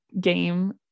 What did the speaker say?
game